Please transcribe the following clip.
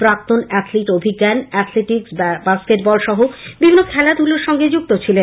প্রাক্তন athlete Abhigyan athletics basketball সহ বিভিন্ন খেলাধুলার সঙ্গে যুক্ত ছিলেন